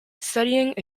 studying